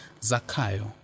Zakayo